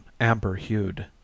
amber-hued